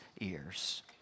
ears